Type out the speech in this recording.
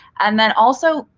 and then, also,